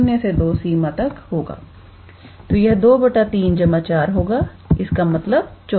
तो यह 23 4 होगा इसका मतलब143